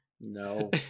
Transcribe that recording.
no